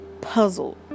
puzzled